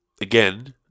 ...again